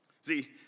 See